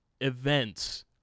events